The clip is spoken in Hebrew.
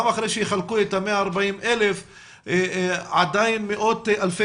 גם אחרי שיחלקו את ה-140,000 עדיין מאות אלפי